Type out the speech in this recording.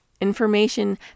information